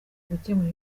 gukemura